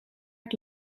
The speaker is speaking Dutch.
het